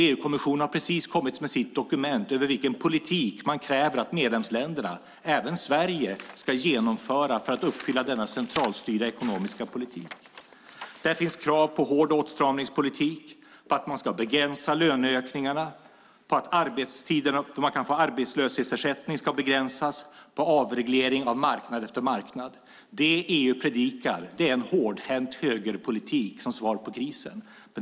EU-kommissionen har precis kommit med sitt dokument över vilken politik man kräver att medlemsländer, även Sverige, ska genomföra för att uppfylla denna centralstyrda ekonomiska politik. Där finns krav på hård åtstramningspolitik, att man ska begränsa löneökningarna, att tiden när man kan få arbetslöshetsersättning ska begränsas och avreglering av marknad efter marknad. Det EU predikar är en hårdhänt högerpolitik som svar på krisen.